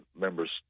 members